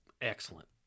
excellent